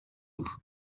ubu